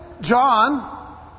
John